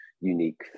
unique